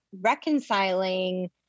reconciling